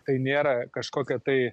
tai nėra kažkokia tai